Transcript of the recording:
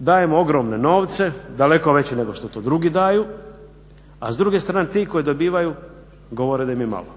Dajemo ogromne novce, daleko veće nego što to drugi daju, a s druge strane ti koji dobivaju govore da im je malo.